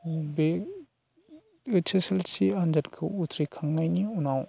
बे H S L C उथ्रिखांनायनि उनाव